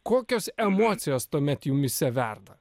kokios emocijos tuomet jumyse verda